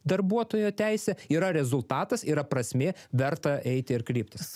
darbuotojo teisė yra rezultatas yra prasmė verta eiti ar kreiptis